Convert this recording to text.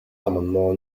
l’amendement